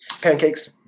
Pancakes